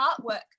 artwork